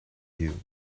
you